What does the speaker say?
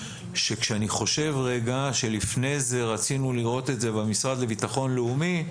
שכשאני חושב רגע שלפני זה רצינו לראות את זה במשרד לביטחון לאומי,